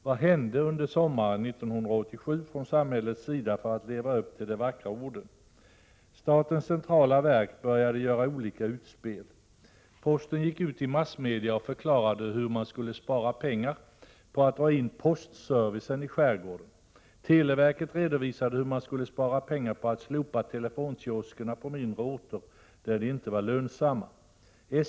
Vad gjordes från samhällets sida under sommaren 1987 för att leva upp till de vackra orden? Statens centrala verk började göra olika utspel. Posten gick ut i massmedia och förklarade hur man skulle spara pengar på att dra in postservicen i skärgården. Televerket redovisade hur man skulle spara pengar på att slopa telefonkioskerna på mindre orter, där de inte var lönsamma.